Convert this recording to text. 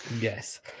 Yes